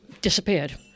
disappeared